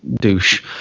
douche